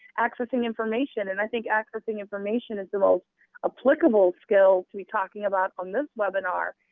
accessing information. and i think accessing information is the most applicable skill to be talking about on this webinar.